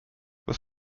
with